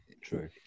true